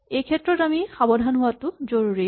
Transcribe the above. এইক্ষেত্ৰত আমি সাৱধান হোৱাটো জৰুৰী